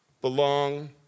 belong